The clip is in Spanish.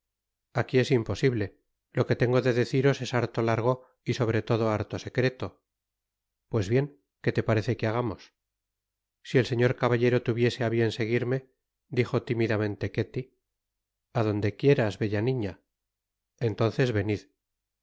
aquí es imposible lo que tengo de deciros es harto largo y sobre todo harto secreto pues bien que te parece que hagamos si el señor caballero tuviese á bien seguirme dijo tímidamente que ti a donde quieras bella niña entonces venid